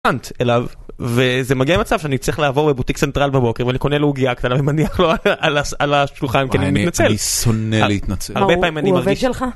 אליו, וזה מגיע למצב שאני צריך לעבור בבוטיק סנטרל בבוקר ואני קונה לו עוגיה קטנה ומניח לו על השולחן כי אני מתנצל. אני שונא להתנצל. הוא עובד שלך?